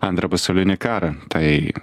antrąjį pasaulinį karą tai